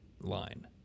line